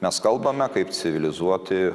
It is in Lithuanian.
mes kalbame kaip civilizuoti